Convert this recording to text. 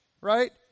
right